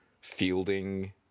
fielding